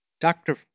Dr